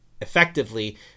effectively